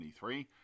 2023